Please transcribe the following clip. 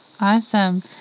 Awesome